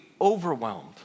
overwhelmed